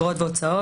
להוסיף?